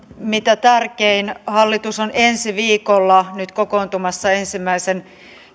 mitä tärkein hallitus on nyt ensi viikolla kokoontumassa ensimmäisen